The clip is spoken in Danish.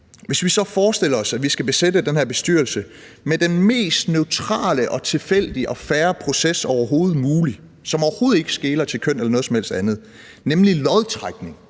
Hvis vi så forestiller os, at vi skal besætte den her bestyrelse med den mest neutrale og tilfældige og fair proces som overhovedet muligt, og som overhovedet ikke skeler til køn eller noget som helst andet, nemlig lodtrækning,